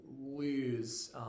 lose